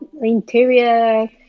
interior